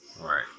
Right